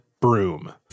broom